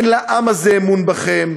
אין לעם הזה אמון בכם,